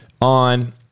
on